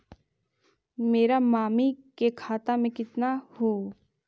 मेरा मामी के खाता में कितना हूउ?